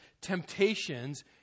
temptations